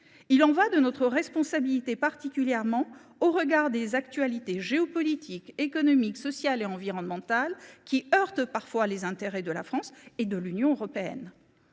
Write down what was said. C’est notre responsabilité, en particulier au regard des actualités géopolitiques, économiques, sociales et environnementales qui heurtent, parfois, les intérêts de la France et de l’Union européenne.